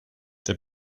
der